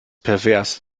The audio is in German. pervers